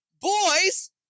Boys